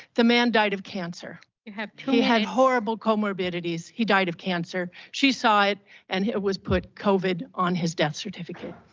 the man died of cancer. you have two minutes. he had horrible comorbidities. he died of cancer. she saw it and it was put covid on his death certificate.